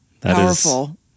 powerful